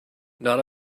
not